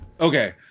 Okay